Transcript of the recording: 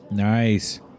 Nice